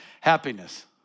Happiness